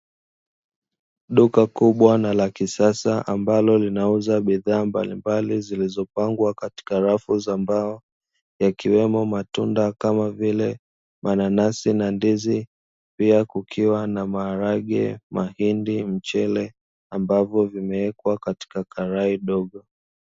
Duka kubwa na lakisasa ambalo linauza bidhaa mbalimbali zilizopangwa katika rafu za mbao yakiwemo matunda kama vile:nanasi na ndizi pia kukiwa na maharage, mahindi na mchele ambavyo vimewekwa katika karai dogo.